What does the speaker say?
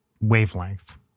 wavelength